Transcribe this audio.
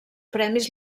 premis